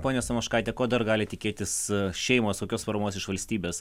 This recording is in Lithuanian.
ponia samoškaite ko dar gali tikėtis šeimos kokios paramos iš valstybės